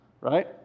Right